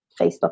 facebook